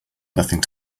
nothing